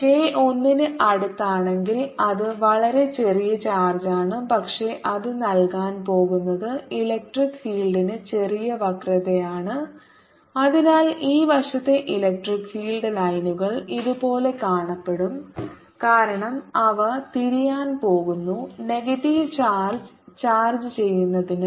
k 1 ന് അടുത്താണെങ്കിൽ അത് വളരെ ചെറിയ ചാർജാണ് പക്ഷേ അത് നൽകാൻ പോകുന്നത് ഇലക്ട്രിക് ഫീൽഡിന് ചെറിയ വക്രതയാണ് അതിനാൽ ഈ വശത്തെ ഇലക്ട്രിക് ഫീൽഡ് ലൈനുകൾ ഇതുപോലെ കാണപ്പെടും കാരണം അവ തിരിയാൻ പോകുന്നു നെഗറ്റീവ് ചാർജ് ചാർജ് ചെയ്യുന്നതിന്